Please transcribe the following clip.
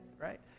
right